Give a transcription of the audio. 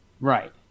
Right